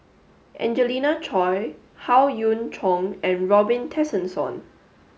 Angelina Choy Howe Yoon Chong and Robin Tessensohn